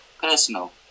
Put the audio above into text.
personal